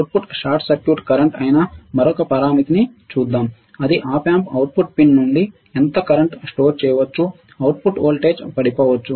output short circuit current అయిన మరొక పరామితిని చూద్దాం అది ఆప్ ఆంప్ అవుట్పుట్ పిన్ నుండి ఎంత కరెంట్ సోర్స్ చేయవచ్చు అవుట్పుట్ వోల్టేజ్ పడిపోవచ్చు